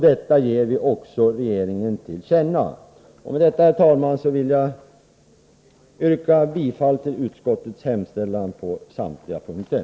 Detta ger vi också regeringen till känna. Med detta, herr talman, yrkar jag bifall till utskottets hemställan på samtliga punkter.